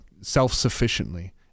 self-sufficiently